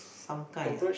some kind